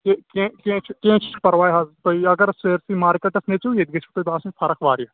ہَے کیٚنٛہہ کیٚنٛہہ چھُنہٕ کیٚنٛہہ چھُنہٕ حظ پرواے حظ تُہۍ اگر سٲرسٕے مارکیٚٹس نٔژٕیو ییٚتہِ گژھوٕ تۄہہِ باسٕنۍ فرق واریاہ